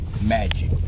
magic